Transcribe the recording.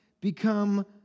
become